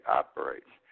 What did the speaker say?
operates